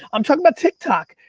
i'm talking about tiktok,